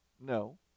No